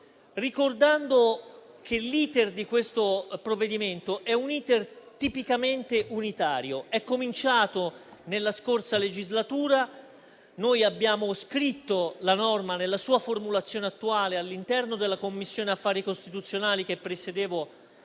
ricordando che l'*iter* di questo provvedimento è tipicamente unitario. È cominciato nella scorsa legislatura. Abbiamo scritto la norma nella sua formulazione attuale all'interno della Commissione affari costituzionali che presiedevo